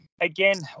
Again